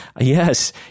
Yes